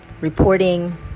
reporting